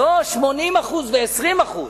לא 80% ו-20%: